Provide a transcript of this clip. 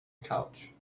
couch